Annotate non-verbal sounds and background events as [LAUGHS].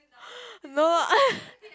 no [LAUGHS]